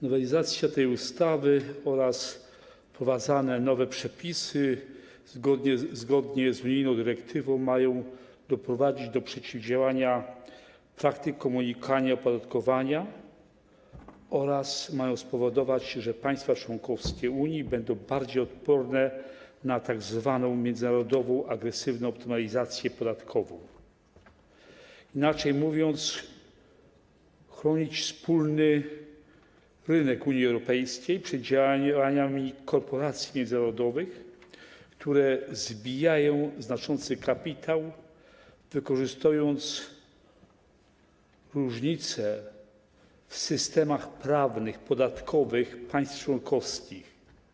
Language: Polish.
Nowelizacja tej ustawy oraz wprowadzane nowe przepisy zgodne z unijną dyrektywą mają doprowadzić do przeciwdziałania praktykom unikania opodatkowania oraz mają spowodować, że państwa członkowskie Unii będą bardziej odporne na tzw. międzynarodową agresywną optymalizację podatkową, inaczej mówiąc, będą chronić wspólny rynek Unii Europejskiej przed działaniami korporacji międzynarodowych, które zbijają znaczący kapitał, wykorzystując różnice w systemach prawnych, podatkowych państw członkowskich.